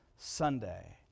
Sunday